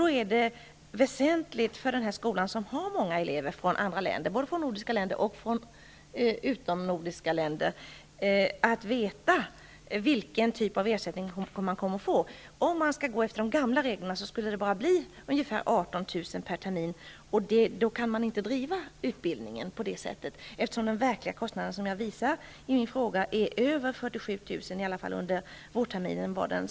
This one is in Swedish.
Det är då väsentligt för den här skolan, som har många elever från andra länder -- från både nordiska och utomnordiska länder -- att veta vilken typ av ersättning som man kommer att få. Om man går efter de gamla reglerna skulle det bara bli ungefär 18 000 per termin, och då skulle man inte kunna bedriva utbildningen så som man gör i dag, eftersom den verkliga kostnaden, som jag redovisar i min fråga, är över 47 000 -- i alla fall var den under vårterminen så hög.